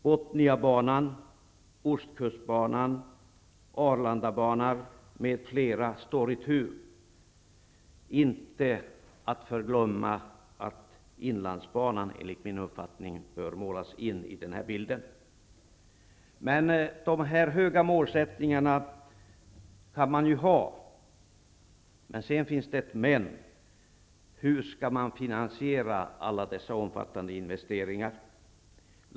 Botniabanan, Ostkustbanan, Arlandabanan m.fl. står nu i tur, inte att förglömma Inlandsbanan som enligt min uppfattning bör målas in i bilden. Dessa höga målsättningar kan man ju ha. Sedan finns ett men: Hur skall alla dessa omfattande investeringar finansieras?